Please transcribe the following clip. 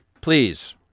please